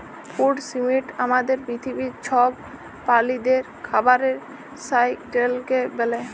food system আমাদের পিথিবীর ছব প্রালিদের খাবারের সাইকেলকে ব্যলে